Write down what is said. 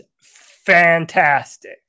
fantastic